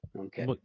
okay